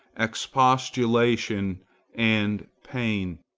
expostulation and pain.